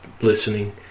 listening